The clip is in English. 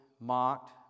mocked